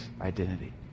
identity